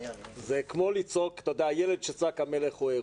זה כמו לצעוק "המלך הוא עירום".